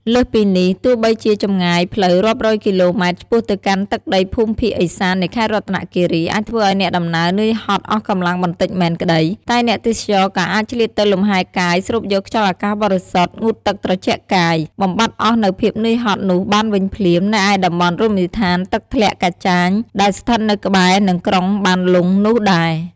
លើសពីនេះ ទោះបីជាចម្ងាយផ្លូវរាប់រយគីឡូម៉ែតឆ្ពោះទៅកាន់ទឹកដីភូមិភាគឦសាននៃខេត្តរតនគិរី អាចធ្វើឲ្យអ្នកដំណើរនឿយហត់អស់កម្លាំងបន្តិចមែនក្តី តែអ្នកទេសចរក៏អាចឆ្លៀតទៅលម្ហែកាយស្រូបយកខ្យល់អាកាសបរិសុទ្ធ ងូតទឹកត្រជាក់កាយ បំបាត់អស់នូវភាពនឿយហត់នោះបានវិញភ្លាម នៅឯតំបន់រមណីយដ្ឋានទឹកធ្លាក់កាចាញ ដែលស្ថិតនៅក្បែរនឹងក្រុងបានលុងនោះដែរ។